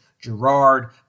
Gerard